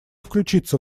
включиться